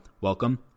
welcome